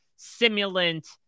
simulant